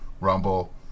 Rumble